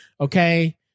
Okay